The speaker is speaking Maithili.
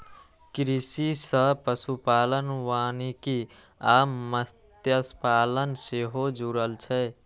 कृषि सं पशुपालन, वानिकी आ मत्स्यपालन सेहो जुड़ल छै